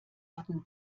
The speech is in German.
hatten